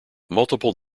multiple